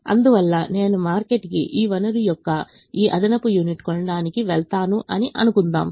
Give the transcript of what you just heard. అందువల్ల నేను మార్కెట్కి ఈ వనరు యొక్క ఈ అదనపు యూనిట్ కొనడానికి వెళ్తాను అని అనుకుందాం